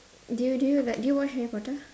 do you do you like do you watch Harry Potter